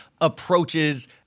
approaches